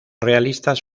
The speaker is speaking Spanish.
realistas